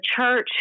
church